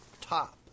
top